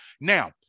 Now